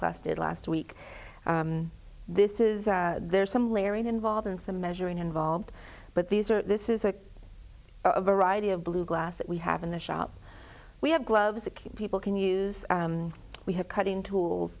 class did last week this is there's some layering involved and some measuring involved but these are this is a variety of blue glass that we have in the shop we have gloves that people can use we have cutting tools